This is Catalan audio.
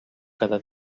cada